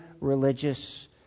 religious